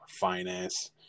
finance